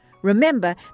Remember